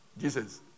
Jesus